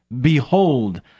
Behold